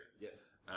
Yes